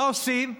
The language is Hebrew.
מה עושים?